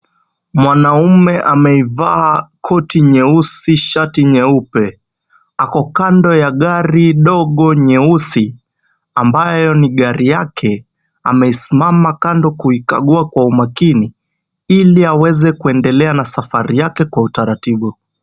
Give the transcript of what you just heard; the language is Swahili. Mwanaume ameivaa koti nyeusi shati nyeupe. Ako kando ya gari dogo nyeusi ambayo ni gari yake. Amesimama kando kuikagua kwa umakini, ili aweze kuendelea na safari yake kwa utaratibu.